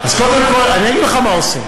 קודם כול, אני אגיד לך מה עושים.